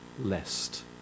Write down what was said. lest